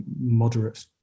moderate